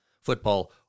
football